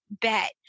bet